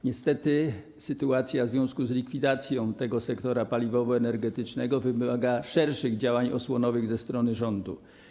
Niestety sytuacja w związku z likwidacją sektora paliwowo-energetycznego wymaga szerszych działań osłonowych ze strony rządu.